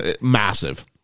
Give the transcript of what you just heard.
massive